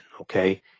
Okay